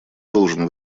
должен